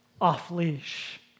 off-leash